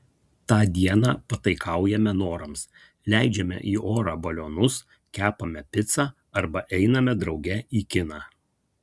tą dieną pataikaujame norams leidžiame į orą balionus kepame picą arba einame drauge į kiną